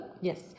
yes